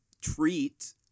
treat